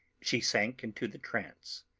she sank into the trance.